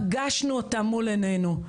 פגשנו אותם מול עינינו.